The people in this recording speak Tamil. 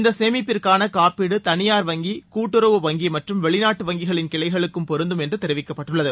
இந்த சேமிப்பிற்காள காப்பீடு தனியார் வங்கி கூட்டுறவு வங்கி மற்றும் வெளிநாட்டு வங்கிகளின் கிளைகளுக்கும் பொருந்தும் என்று தெரிவிக்கப்பட்டுள்ளது